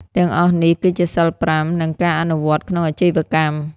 ទាំងអស់នេះ គឺជាសីល៥ និងការអនុវត្តក្នុងអាជីវកម្ម។